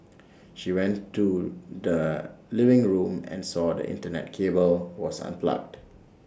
she went to the living room and saw the Internet cable was unplugged